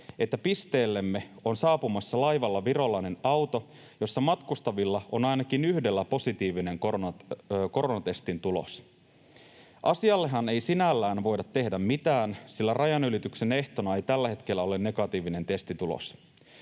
että pisteellemme on saapumassa laivalla virolainen auto, jossa matkustavilla on ainakin yhdellä positiivinen koronatestin tulos. Asiallehan ei sinällään voida tehdä mitään, sillä rajanylityksen ehtona ei tällä hetkellä ole negatiivinen testitulos.